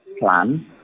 plan